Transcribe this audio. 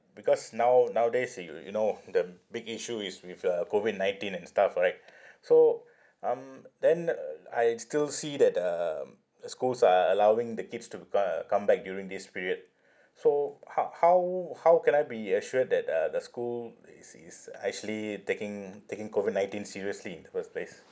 because now~ nowadays you you know the m~ big issue is with the COVID nineteen and stuff right so um then uh I still see that um schools are allowing the kids to come back during this period so how how how can I be assured that uh the school is is actually taking taking COVID nineteen seriously in the first place